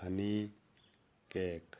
honey cake